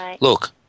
look